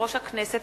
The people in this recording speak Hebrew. יושב-ראש הכנסת,